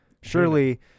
Surely